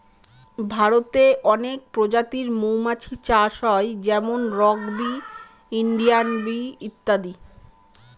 ভারতে অনেক প্রজাতির মৌমাছি চাষ হয় যেমন রক বি, ইন্ডিয়ান বি ইত্যাদি